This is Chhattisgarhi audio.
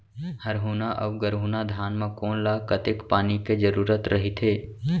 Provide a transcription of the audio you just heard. हरहुना अऊ गरहुना धान म कोन ला कतेक पानी के जरूरत रहिथे?